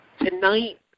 Tonight